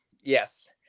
Yes